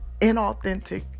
inauthentic